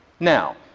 now,